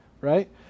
right